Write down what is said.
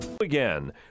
Again